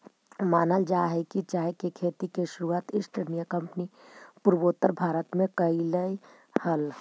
मानल जा हई कि चाय के खेती के शुरुआत ईस्ट इंडिया कंपनी पूर्वोत्तर भारत में कयलई हल